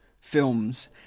films